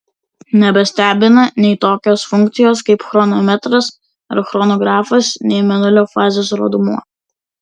nebestebina nei tokios funkcijos kaip chronometras ar chronografas nei mėnulio fazės rodmuo